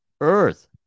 earth